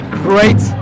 great